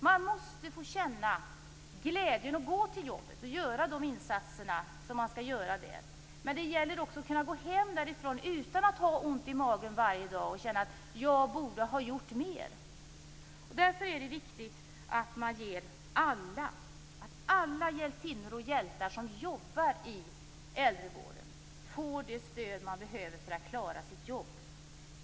Man måste få känna glädje över att gå till jobbet, över att göra de insatser man skall göra där. Men det gäller också att kunna gå hem därifrån utan att ha ont i magen varje dag och utan att känna att man borde ha gjort mer. Därför är det viktigt att alla hjältinnor och hjältar som jobbar i äldrevården får det stöd de behöver för att klara sitt jobb.